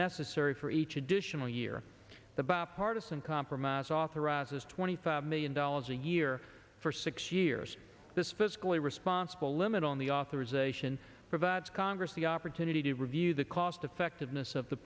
necessary for each additional year the bipartisan compromise authorizes twenty five million dollars a year for six years this fiscally responsible limit on the authorization for the congress the opportunity to review the cost effectiveness of the